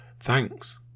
thanks